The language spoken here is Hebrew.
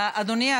אדוני,